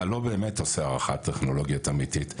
אתה לא באמת עושה הערכת טכנולוגיות אמיתית".